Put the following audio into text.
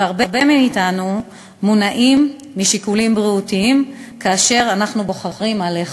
והרבה מאתנו מונעים משיקולים בריאותיים כאשר אנחנו בוחרים מה לאכול.